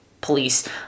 police